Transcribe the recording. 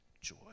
joy